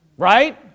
Right